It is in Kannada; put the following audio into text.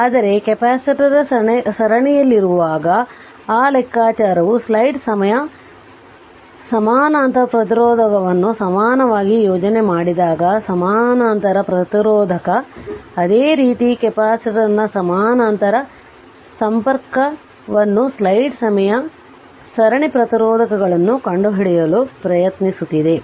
ಆದರೆ ಕೆಪಾಸಿಟರ್ ಸರಣಿಯಲ್ಲಿರುವಾಗ ಆ ಲೆಕ್ಕಾಚಾರವು ಸ್ಲೈಡ್ ಸಮಯ ಸಮಾನಾಂತರ ಪ್ರತಿರೋಧಕವನ್ನು ಸಮನಾಗಿ ಸಂಯೋಜನೆ ಮಾಡಿದಾಗ ಸಮಾನಾಂತರ ಪ್ರತಿರೋಧಕಅದೇ ರೀತಿ ಕೆಪಾಸಿಟರ್ನ ಸಮಾನಾಂತರ ಸಂಪರ್ಕವನ್ನು ಸ್ಲೈಡ್ ಸಮಯ ಸರಣಿ ಪ್ರತಿರೋಧಕಗಳನ್ನು ಕಂಡುಹಿಡಿಯಲು ಪ್ರಯತ್ನಿಸುತ್ತಿದೆ